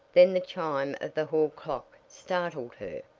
then the chime of the hall clock startled her.